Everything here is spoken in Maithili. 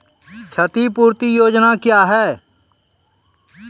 क्षतिपूरती योजना क्या हैं?